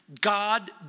God